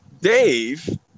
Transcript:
Dave